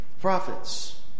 prophets